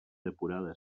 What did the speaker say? depurada